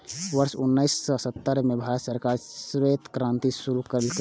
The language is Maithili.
वर्ष उन्नेस सय सत्तर मे भारत सरकार श्वेत क्रांति शुरू केलकै